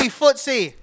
footsie